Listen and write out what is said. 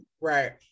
right